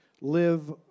live